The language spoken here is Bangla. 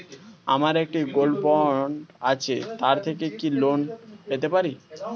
আমার একটি গোল্ড বন্ড আছে তার থেকে কি লোন পেতে পারি?